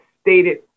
stated